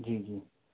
जी जी